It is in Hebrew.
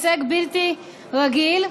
הישג בלתי רגיל.